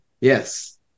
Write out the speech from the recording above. Yes